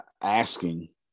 Asking